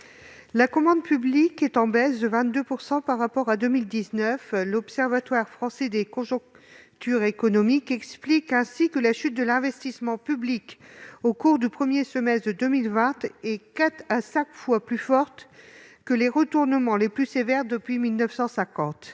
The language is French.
La commande publique est en baisse de 22 % par rapport à 2019. L'Observatoire français des conjonctures économiques explique ainsi que la chute de l'investissement public au cours du premier semestre de 2020 est quatre à cinq fois plus forte que les retournements les plus sévères observés depuis 1950.